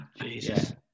Jesus